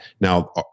now